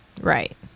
right